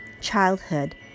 Childhood